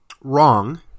wrong